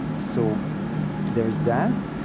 so there's that.